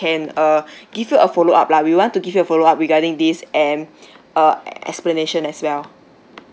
can uh give you a follow up lah we want to give you a follow up regarding this and uh explanation as well